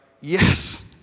yes